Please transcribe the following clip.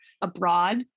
abroad